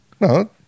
No